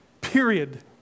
period